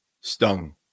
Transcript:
Stung